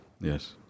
Yes